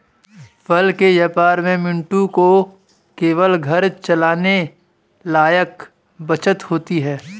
फल के व्यापार में मंटू को केवल घर चलाने लायक बचत होती है